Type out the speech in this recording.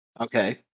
Okay